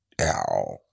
Ow